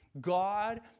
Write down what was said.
God